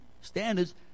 standards